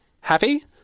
happy